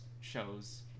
shows